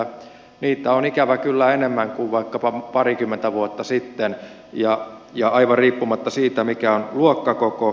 niitä on ikävä kyllä enemmän kuin vaikkapa parikymmentä vuotta sitten ja aivan riippumatta siitä mikä on luokkakoko